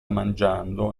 mangiando